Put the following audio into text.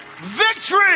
Victory